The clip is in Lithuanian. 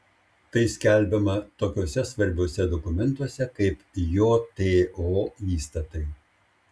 tai skelbiama tokiuose svarbiuose dokumentuose kaip jto įstatai